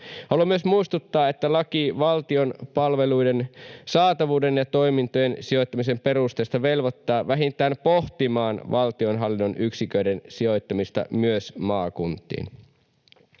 Haluan myös muistuttaa, että laki valtion palveluiden saatavuuden ja toimintojen sijoittamisen perusteista velvoittaa vähintään pohtimaan valtionhallinnon yksiköiden sijoittamista myös maakuntiin.